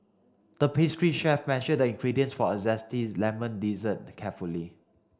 the pastry chef measured the ingredients for a zesty lemon dessert carefully